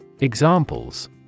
Examples